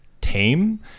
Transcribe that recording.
tame